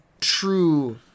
true